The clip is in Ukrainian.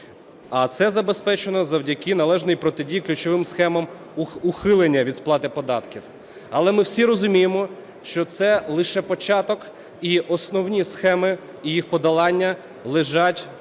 а це забезпечено завдяки належній протидії ключовим схемам ухилення від сплати податків. Але ми всі розуміємо, що це лише початок і основні схеми і їх подолання лежать